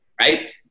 right